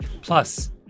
Plus